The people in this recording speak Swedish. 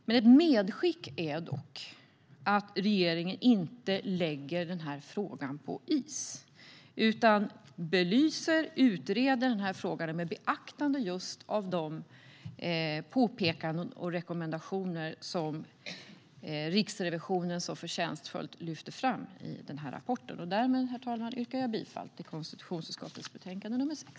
Ett medskick är att regeringen inte lägger frågan på is utan belyser och utreder frågan med beaktande av de påpekanden och rekommendationer som Riksrevisionen så förtjänstfullt lyfter fram i rapporten. Herr talman! Därmed yrkar jag bifall till utskottets förslag i konstitutionsutskottets betänkande nr 6.